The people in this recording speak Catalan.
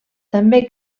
també